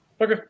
Okay